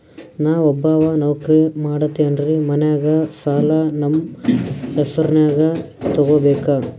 ನಾ ಒಬ್ಬವ ನೌಕ್ರಿ ಮಾಡತೆನ್ರಿ ಮನ್ಯಗ ಸಾಲಾ ನಮ್ ಹೆಸ್ರನ್ಯಾಗ ತೊಗೊಬೇಕ?